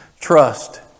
Trust